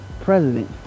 president